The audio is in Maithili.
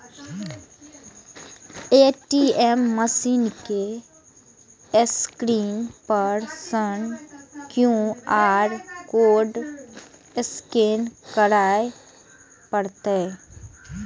ए.टी.एम मशीन के स्क्रीन पर सं क्यू.आर कोड स्कैन करय पड़तै